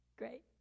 Great